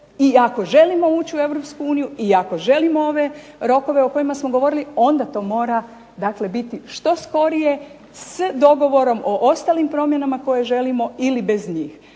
ako želimo ući u Europsku uniju, ako želimo ove rokove o kojima smo govorili, onda to mora biti što skorije, s dogovorom o ostalim promjenama koje želimo ili bez njih.